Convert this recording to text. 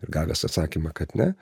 ir gavęs atsakymą kad ne